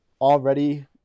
already